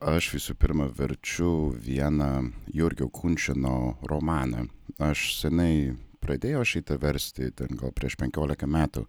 aš visų pirma verčiu vieną jurgio kunčino romaną aš seniai pradėjau šitą versti taen gal prieš penkiolika metų